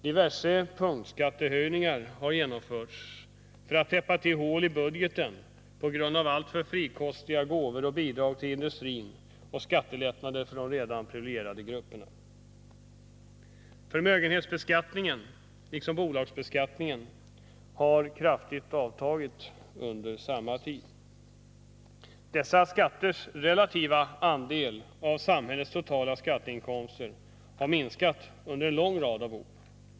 Diverse punktskattehöjningar har genomförts för att täppa till hål i budgeten orsakade av alltför frikostiga gåvor och bidrag till industrin och Förmögenhetsbeskattningen, liksom bolagsbeskattningen, har kraftigt avtagit under samma tid. Dessa skatters relativa andel av samhällets totala skatteinkomster har minskat under en lång rad av år.